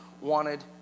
wanted